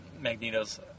Magneto's